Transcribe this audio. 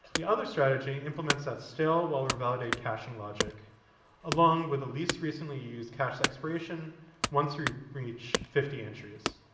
the other strategy implements that stale-while-revalidate caching logic along with the least recently used cache expiration once we reach fifty entries.